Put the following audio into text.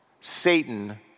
Satan